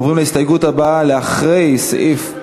אנחנו עוברים להסתייגות הבאה, לאחר סעיף,